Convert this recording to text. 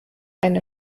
einer